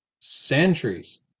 centuries